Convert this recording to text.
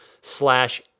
slash